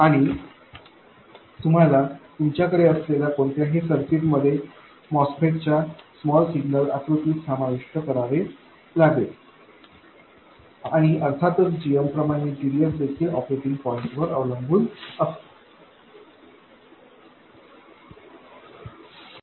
आणि ते तुम्हाला तुमच्याकडे असलेल्या कोणत्याही सर्किट मध्ये MOSFET च्या स्मॉल सिग्नल आकृतीत समाविष्ट करावे लागेल आणि अर्थातच gm प्रमाणे gdsदेखील ऑपरेटिंग पॉईंटवर अवलंबून असतो